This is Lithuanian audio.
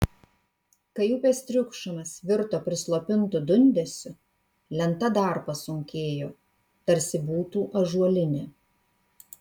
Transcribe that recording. kai upės triukšmas virto prislopintu dundesiu lenta dar pasunkėjo tarsi būtų ąžuolinė